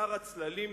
שר הצללים,